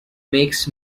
makes